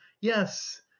yes